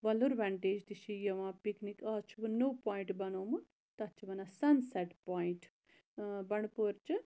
Wular vantage تہِ چھِ یِوان پِکنِک آز چھُ وَنۍ نوٚو پوٚیِنٛٹ بَنومُت تتھ چھِ وَنان سَن سیٚٹ پوٚیِنٛٹ بَنٛڈ پور چہِ